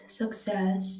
success